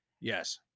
Yes